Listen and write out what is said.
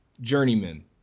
journeyman